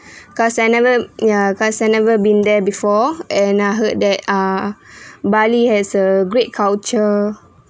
because I never ya cause I never been there before and I heard that uh bali has a great culture